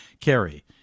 carry